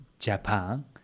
Japan